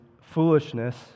foolishness